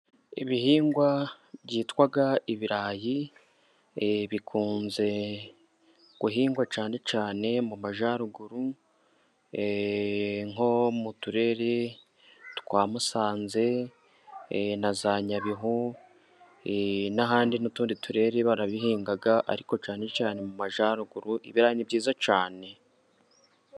Ibihingwa byitwa Ibirayi bikunze guhingwa cyane cyane mu majyaruguru, nko mu turere twa Musanze na za Nyabihu n'ahandi n'utundi turere barabihinga, ariko cyane cyane mu majyaruguru. Ibirayi ni byiza cyane.